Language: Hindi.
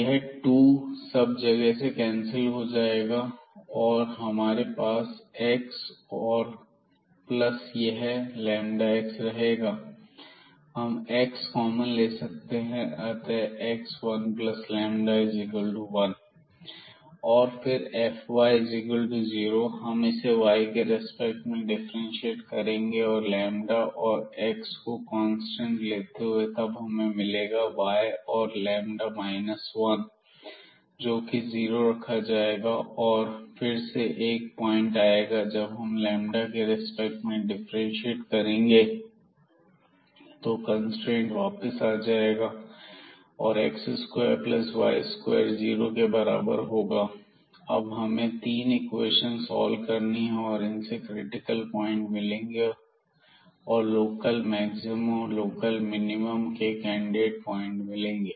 यह 2 सब जगह से कैंसिल हो जाएगा और हमारे पास एक्स और प्लस यह x रहेगा हम एक्स कॉमन ले सकते हैं अतः x1λ1 और फिर Fy0 हम इसे y के रेस्पेक्ट में डिफ्रेंशिएट करेंगे और x को कांस्टेंट लेते हुए तब हमें मिलेगा y और λ 1 जो कि जीरो रखा जाएगा और फिर एक और पॉइंट आएगा जब हम के रेस्पेक्ट में डिफ्रेंशिएट करेंगे तो कंस्ट्रेंट वापस आ जाएगा और x2y2 जीरो के बराबर होगा अब हमें यह तीन इक्वेशंस सॉल्व करनी है और इससे हमें क्रिटिकल पॉइंट मिलेंगे और लोकल मैक्सिमम और मिनिमम के कैंडिडेट पॉइंट मिलेंगे